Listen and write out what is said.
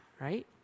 right